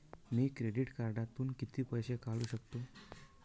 मी credit कार्डातून किती पैसे काढू शकतो?